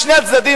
משני הצדדים,